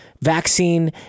vaccine